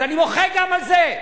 אז אני מוחה גם על זה.